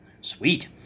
Sweet